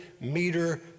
meter